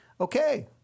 Okay